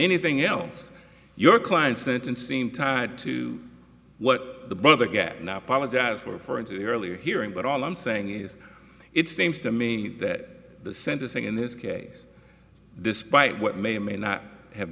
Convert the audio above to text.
anything else your client sentencing time to what the brother get now apologize for in to the earlier hearing but all i'm saying is it seems to me that the sentencing in this case despite what may or may not have